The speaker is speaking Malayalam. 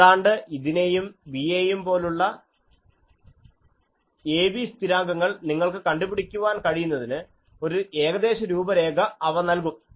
ഏതാണ്ട് ഇതിനെയും b യെയും പോലുള്ള a b സ്ഥിരാംഗങ്ങൾ നിങ്ങൾക്ക് കണ്ടുപിടിക്കുവാൻ കഴിയുന്നതിന് ഒരു ഏകദേശ രൂപരേഖ അവ നൽകും